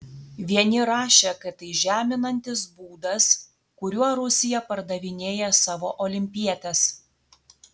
vieni rašė kad tai žeminantis būdas kuriuo rusija pardavinėja savo olimpietes